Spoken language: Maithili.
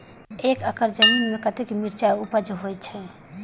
एक एकड़ जमीन में कतेक मिरचाय उपज होई छै?